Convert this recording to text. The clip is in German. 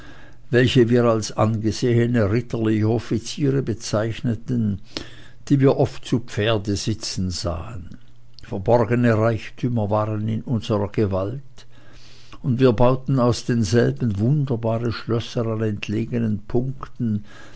welche wir angesehene ritterliche offiziere bezeichneten die wir oft zu pferde sitzen sahen verborgene reichtümer waren in unserer gewalt und wir bauten aus denselben wunderbare schlösser an entlegenen punkten